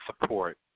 support